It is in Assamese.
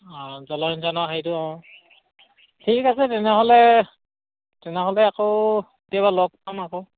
অঁ জলসিঞ্চনৰ হেৰিটো অঁ ঠিক আছে তেনেহ'লে তেনেহ'লে আকৌ কেতিয়াবা লগ পাম আকৌ